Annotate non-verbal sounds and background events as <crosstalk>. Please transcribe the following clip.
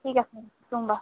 <unintelligible>